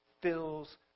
fills